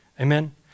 Amen